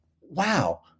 wow